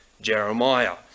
Jeremiah